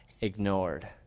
ignored